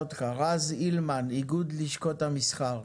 רז הילמן, איגוד לשכות המסחר.